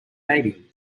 baby